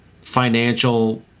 financial